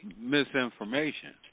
misinformation